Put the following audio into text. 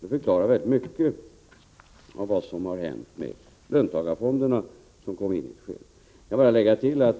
Det förklarar väldigt mycket av vad som har hänt med löntagarfonderna, som kom in i detta skede. Jag vill tillägga några saker.